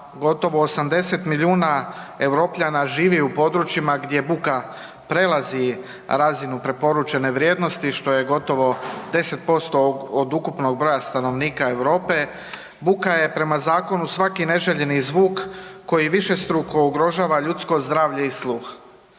gotovo 80 milijuna Europljana živi u područjima gdje buka prelazi razinu preporučene vrijednosti, što je gotovo 10% od ukupnog broja stanovnika Europe. Buka je, prema zakonu svaki neželjeni zvuk koji višestruko ugrožava ljudsko zdravlje i sluh.